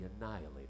annihilated